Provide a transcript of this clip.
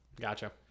gotcha